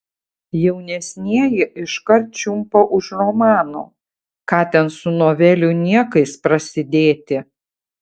jaunesnieji iškart čiumpa už romano ką ten su novelių niekais prasidėti